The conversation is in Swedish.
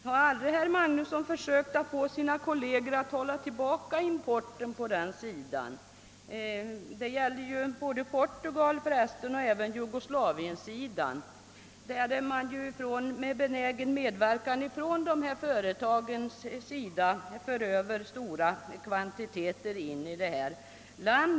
Har herr Magnusson i Borås aldrig försökt att få sina kolleger att hålla tillbaka importen av textiloch konfektionsvaror från Portugal och Jugoslavien, som med benägen medverkan från vissa företag för in stora kvantiteter hit?